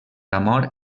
amor